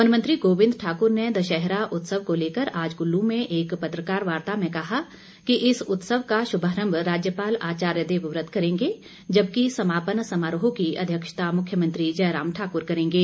one मंत्री गोविंद ठाकुर ने दशहरा उत्सव को लेकर आज कुल्लू में एक पत्रकार वार्ता में कहा कि इस उत्सव का शुभारंभ राज्यपाल आचार्य देवव्रत करेंगे जबकि समापन समारोह की अध्यक्षता मुख्यमंत्री जयराम ठाकुर करेंगे